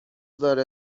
داره